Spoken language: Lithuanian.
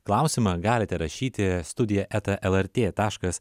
klausimą galite rašyti studiją eta lrt taškas